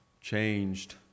changed